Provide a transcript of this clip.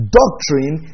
doctrine